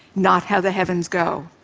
not how the heavens go.